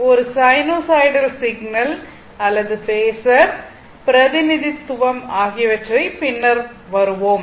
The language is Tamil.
ஒரு sinusoidal signal phasor sinusoidal signal phasor பிரதிநிதித்துவம் ஆகியவற்றை பின்னர் வருவோம்